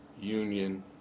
Union